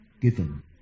given